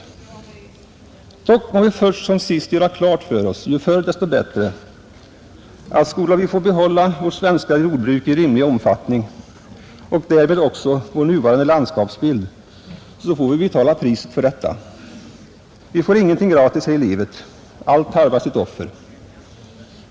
Dock må vi först som sist göra klart för oss, ju förr desto bättre, att skall vi få behålla vårt svenska jordbruk i rimlig omfattning och därmed också vår nuvarande landskapsbild, så får vi betala priset för detta. Vi får ingenting gratis här i livet — allt tarvar sitt offer.